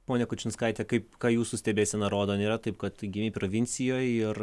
ponia kučinskaite kaip ką jūsų stebėsena rodo nėra taip kad gimei provincijoj ir